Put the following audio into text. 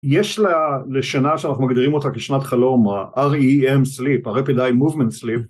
יש לשנה שאנחנו מגדירים אותה כשנת חלום, ה-REEM Sleep, ה-Rapid Eye Movement Sleep